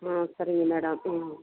ம் சரிங்க மேடம் ம்